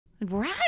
right